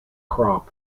crop